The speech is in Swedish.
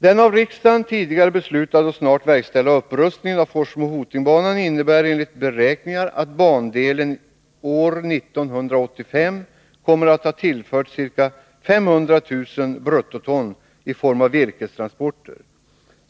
Den av riksdagen tidigare beslutade och snart verkställda upprustningen av Forsmo-Hoting-banan innebär enligt beräkningar att bandelen år 1985 kommer att ha tillförts ca 500 000 bruttoton i form av virkestransporter.